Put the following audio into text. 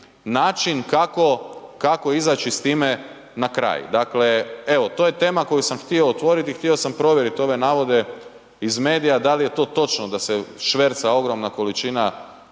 način kako izaći s time na kraj. Dakle to je tema koju sam htio otvoriti i htio sam provjeriti ove navode iz medija da li je to točno da se šverca ogromna količina